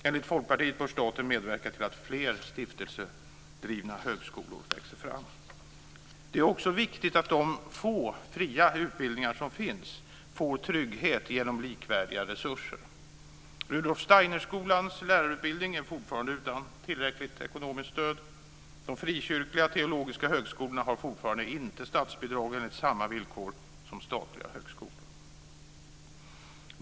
Enligt Folkpartiet bör staten medverka till att fler stiftelsedrivna högskolor växer fram. Det är också viktigt att de få fria utbildningar som finns får trygghet genom likvärdiga resurser. Rudolf Steiner-högskolans lärarutbildning är fortfarande utan tillräckligt ekonomiskt stöd. De frikyrkliga teologiska högskolorna har fortfarande inte statsbidrag enligt samma villkor som statliga högskolor.